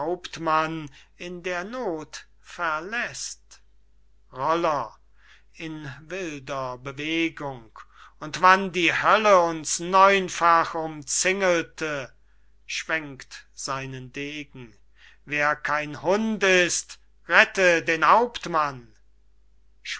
in der noth verläßt roller in wilder bewegung und wann die hölle uns neunfach umzingelte schwenkt seinen degen wer kein hund ist rette den hauptmann